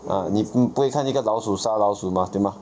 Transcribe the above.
ah 你不会看一个老鼠杀老鼠 mah 对 mah